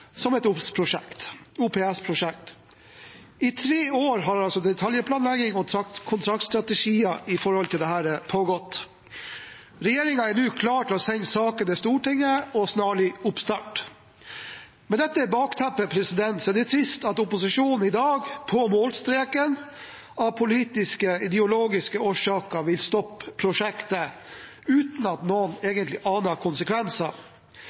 som et OPS-prosjekt. I tre år har altså detaljplanlegging og kontraktstrategier for dette pågått. Regjeringen er nå klar til å sende saken til Stortinget, med snarlig oppstart. Med dette bakteppet er det trist at opposisjonen i dag på målstreken av politiske, ideologiske årsaker vil stoppe prosjektet uten at noen